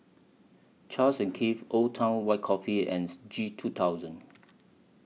Charles and Keith Old Town White Coffee and G two thousand